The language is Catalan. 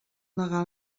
negar